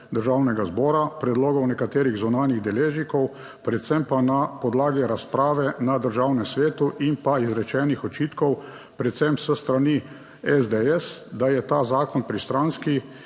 Državnega zbora, predlogov nekaterih zunanjih deležnikov, predvsem pa na podlagi razprave na Državnem svetu in pa izrečenih očitkov predvsem s strani SDS, da je ta zakon pristranski